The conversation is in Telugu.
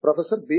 professor B